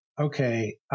okay